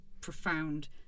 profound